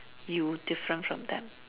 you different from them